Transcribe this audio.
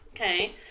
okay